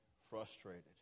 frustrated